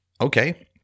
okay